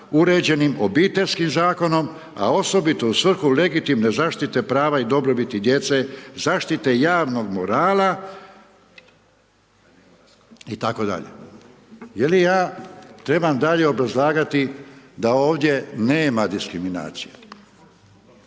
uređenim Obiteljskim zakonom, a osobito u svrhu legitimne zaštite prava i dobrobiti djece, zaštite javnog morala itd. Jeli ja trebam dalje obrazlagati da ovdje nema diskriminacije?